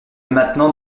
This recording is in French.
maintenant